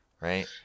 right